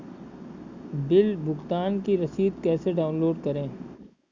Bill भुगतान की रसीद कैसे डाउनलोड करें?